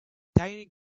tiny